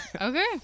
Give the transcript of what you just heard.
Okay